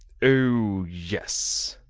oh! yes,